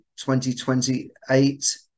2028